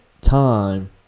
time